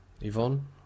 Yvonne